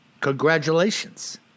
Congratulations